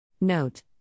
Note